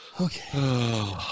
Okay